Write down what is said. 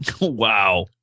Wow